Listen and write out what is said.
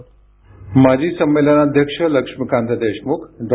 ध्वनी माजी संमेलनाध्यक्ष लक्ष्मीकांत देशमुख डॉ